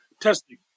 Testing